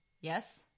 Yes